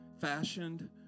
fashioned